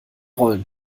rollen